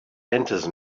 enters